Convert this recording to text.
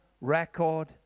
record